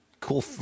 cool